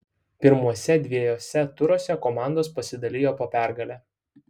pirmuose dviejuose turuose komandos pasidalijo po pergalę